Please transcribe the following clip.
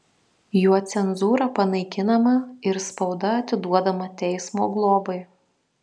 juo cenzūra panaikinama ir spauda atiduodama teismo globai